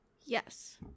Yes